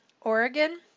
Oregon